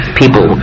people